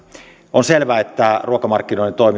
on selvää että ruokamarkkinoiden